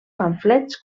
pamflets